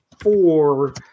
four –